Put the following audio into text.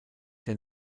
der